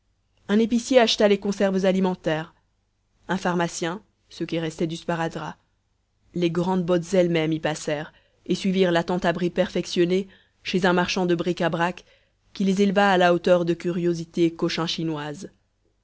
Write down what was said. un épicier acheta les conserves alimentaires un pharmacien ce qui restait du sparadrap les grandes bottes elles-mêmes y passèrent et suivirent la tente abri perfectionnée chez un marchand de bric-à-brac qui les éleva à la hauteur de curiosités